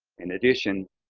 in addition,